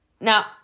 Now